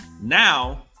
Now